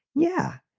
yeah,